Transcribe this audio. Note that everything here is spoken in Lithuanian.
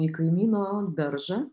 į kaimyno daržą